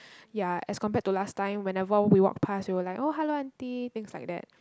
ya as compared to last time whenever we walked past we will like hello aunty things like that